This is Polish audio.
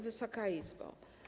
Wysoka Izbo!